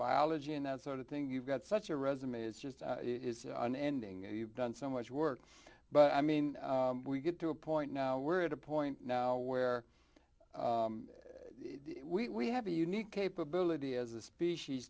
biology and that sort of thing you've got such a resume it's just it's an ending and you've done so much work but i mean we get to a point now we're at a point now where we have a unique capability as a species